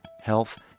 health